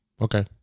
Okay